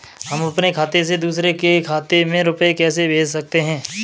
हम अपने खाते से दूसरे के खाते में रुपये कैसे भेज सकते हैं?